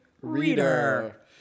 reader